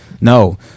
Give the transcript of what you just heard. No